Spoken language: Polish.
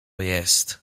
jest